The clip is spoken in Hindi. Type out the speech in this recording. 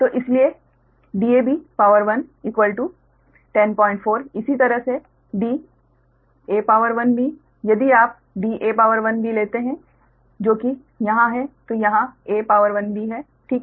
तो इसलिए dab 104 इसी तरह से dab यदि आप dab लेते हैं जो कि यहाँ है तो यहाँ ab है ठीक है